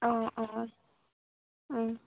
অঁ অঁ